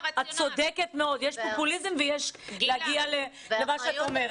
יש פופוליזם ויש להגיע למה שאת אומרת.